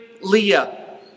Leah